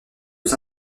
aux